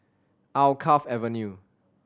Alkaff Avenue